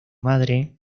madre